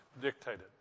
dictated